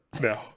No